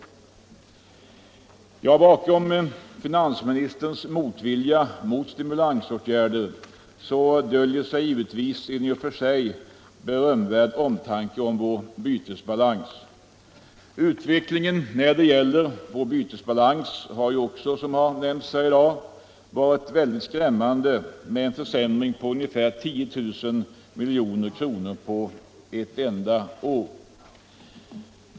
Bakom finansministerns motvilja mot stimulansåtgärder döljer sig givetvis en i och för sig berömvärd omtanke om vår bytesbalans. Utvecklingen när det gäller vår bytesbalans har ju — vilket också nämnts tidigare i dag — varit väldigt skrämmande med en försämring på ca 10 000 milj.kr. på ett enda år.